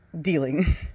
dealing